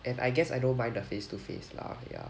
and I guess I don't mind the face to face lah ya